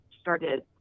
started